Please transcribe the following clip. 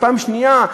ופעם שנייה,